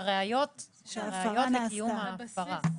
לראיות לקיום ההפרה.